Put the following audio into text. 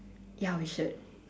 ya we should